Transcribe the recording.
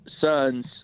son's